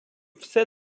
все